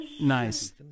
Nice